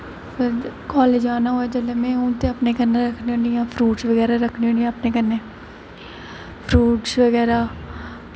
college जाना होऐ में ते में अपने कन्नै रक्खनी होन्नी आं फ्रूटस बगैरा रक्खनी होन्नी आं अपने कन्नै फ्रूटस बगैरा